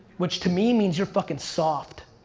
which to me means you're fucking soft.